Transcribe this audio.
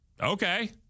Okay